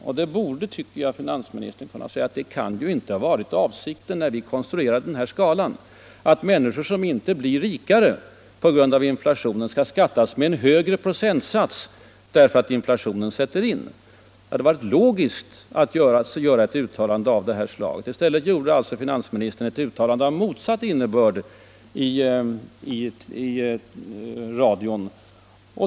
Och jag tycker att finansministern borde kunna säga att det kan inte ha varit avsikten, när skalan konstruerades, att människor som inte blir rikare på grund av inflationen skall beskattas efter en högre procentsats därför att inflationen sätter in. I stället gjorde alltså finansministern ett uttalande av motsatt innebörd i radion.